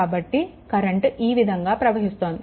కాబట్టి కరెంట్ ఈ విధంగా ప్రవహిస్తుంది